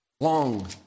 long